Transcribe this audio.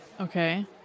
Okay